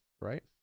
right